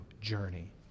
journey